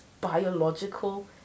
biological